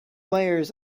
layers